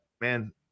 man